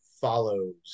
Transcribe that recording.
follows